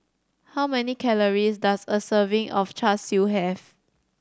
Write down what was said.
how many calories does a serving of Char Siu have